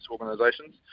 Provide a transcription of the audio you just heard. organisations